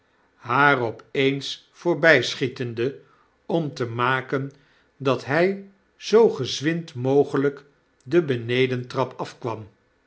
haar op eens voorbyschietende om te maken dat hij zoo gezwind mogelyk de benedentrap afkwam